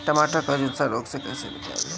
टमाटर को जुलसा रोग से कैसे बचाइल जाइ?